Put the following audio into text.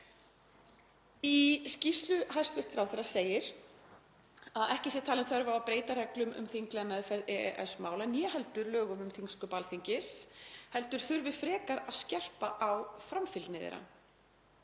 Í skýrslu hæstv. ráðherra segir að ekki sé talin þörf á að breyta reglum um þinglega meðferð EES-mála né heldur lögum um þingsköp Alþingis heldur þurfi frekar að skerpa á framfylgni þeirra.